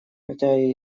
хотя